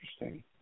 interesting